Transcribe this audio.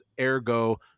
Ergo